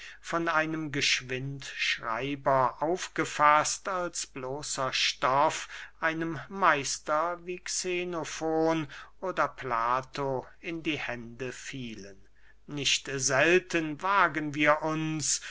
von einem geschwindschreiber aufgefaßt als bloßer stoff einem meister wie xenofon oder plato in die hände fielen nicht selten wagen wir uns